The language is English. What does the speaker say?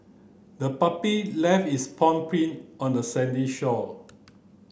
the puppy left its paw print on the sandy shore